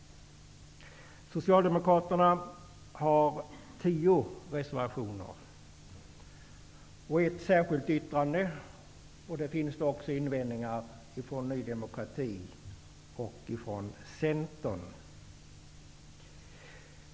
Socialdemokraterna har tio reservationer och ett särskilt yttrande, och det finns också invändningar från Ny demokrati och Centern.